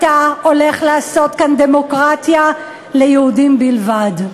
אתה הולך לעשות כאן דמוקרטיה ליהודים בלבד.